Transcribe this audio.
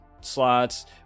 slots